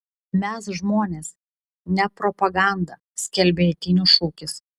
mes žmonės ne propaganda skelbia eitynių šūkis